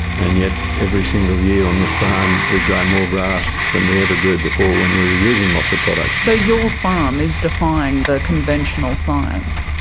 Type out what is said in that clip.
and yet every single year on this farm we grow more grass than we ever grew before when we were using lots of products. so your farm is defying the conventional science?